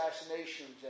assassinations